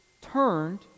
turned